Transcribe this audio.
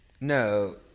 No